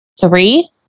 three